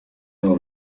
babo